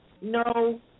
no